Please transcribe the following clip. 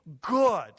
good